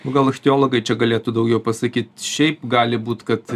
gal ichtiologai čia galėtų daugiau pasakyt šiaip gali būt kad